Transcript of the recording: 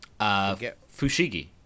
Fushigi